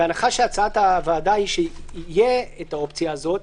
בהנחה שהצעת הוועדה היא שתהיה האופציה הזאת,